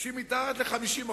שהיא מתחת ל-50%.